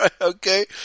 Okay